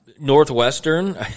Northwestern